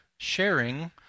Sharing